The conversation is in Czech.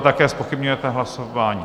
Také zpochybňujete hlasování.